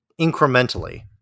incrementally